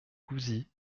gouzis